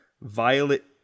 Violet